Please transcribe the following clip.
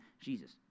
Jesus